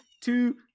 two